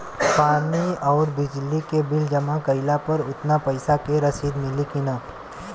पानी आउरबिजली के बिल जमा कईला पर उतना पईसा के रसिद मिली की न?